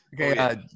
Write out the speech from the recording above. Okay